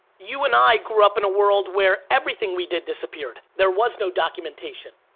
you and i grew up in a world where everything we did disappeared, there was no documentation.